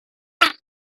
tower